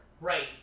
Right